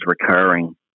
recurring